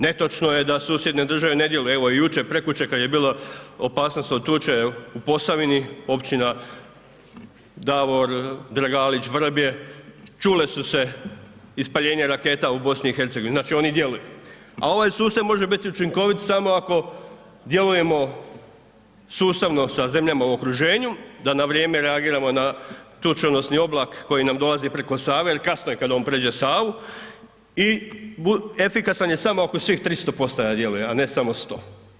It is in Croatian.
Netočno je da susjedne države ne djeluju, evo jučer, prekjučer kad je bilo opasnost od tuče u Posavini, općina Davor, Dragalić, Vrbje, čula su se ispaljenja raketa u BiH-u, znači oni djeluju a ovaj sustav može biti učinkovit samo ako djelujemo sustavno sa zemljama u okruženju da na vrijeme reagiramo na tučonosni oblak koji nam dolazi preko Save jer kasno je kad on pređe Savu i efikasan je samo ako svih 300 postaja djeluje a ne samo 100.